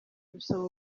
busaba